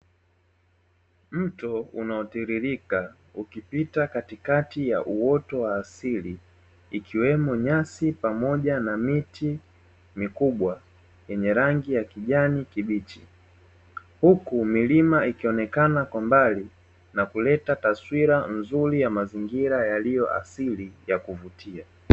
Mto unaotiririka, ukipita katikati ya uoto wa asili, ikiwemo nyasi pamoja na miti mikubwa, yenye rangi ya kijani kibichi, huku milima ikionekana kwa mbali, na kuleta taswira nzuri ya mazingira yaliyo asili ya kuvutia.